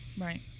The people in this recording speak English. Right